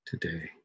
Today